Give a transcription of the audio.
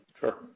Sure